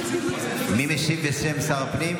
מי משיב בשם שר הפנים?